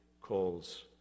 calls